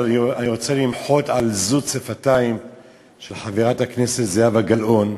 אני רוצה למחות על לזות שפתיים של חברת הכנסת זהבה גלאון.